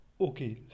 okay